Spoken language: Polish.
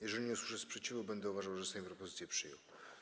Jeżeli nie usłyszę sprzeciwu, będę uważał, że Sejm propozycję przyjął.